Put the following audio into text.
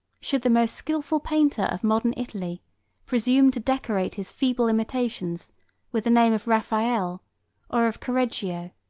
should the most skilful painter of modern italy presume to decorate his feeble imitations with the name of raphael or of correggio,